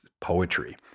poetry